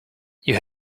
you